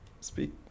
speak